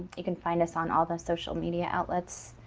you can find us on all the social media outlets.